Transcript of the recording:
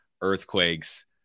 earthquakes